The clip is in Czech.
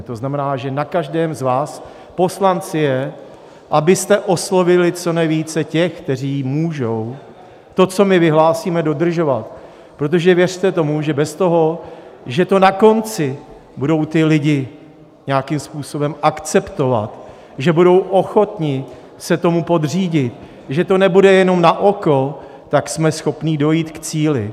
To znamená, že na každém z vás poslanci je, abyste oslovili co nejvíce těch, kteří můžou to, co my vyhlásíme, dodržovat, protože věřte tomu, že bez toho, že to na konci budou lidé nějakým způsobem akceptovat, že budou ochotni se tomu podřídit, že to nebude jenom na oko, jsme schopni dojít k cíli.